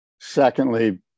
secondly